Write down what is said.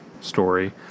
story